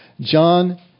John